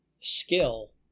skill